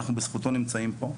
אנחנו בזכותו נמצאים פה,